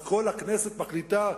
אז כל הכנסת מחליטה?